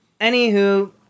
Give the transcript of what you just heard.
Anywho